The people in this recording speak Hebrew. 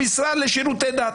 המשרד לשירותי דת.